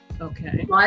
Okay